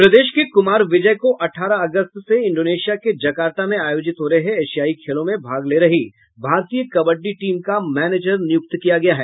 प्रदेश के कुमार विजय को अठारह अगस्त से इंडोनेशिया के जकार्ता में आयोजित हो रहे एशियाई खेलों मे भाग ले रही भारतीय कबड्डी टीम का मैनेजर नियुक्त किया गया है